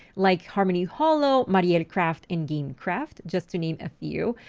like harmony hollow, marielcraft, and gamecraft, just to name a few.